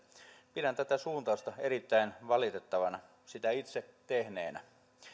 pidän tätä suuntausta erittäin valitettavana sitä työtä itse tehneenä